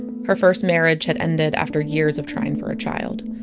her first marriage had ended after years of trying for a child.